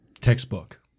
textbook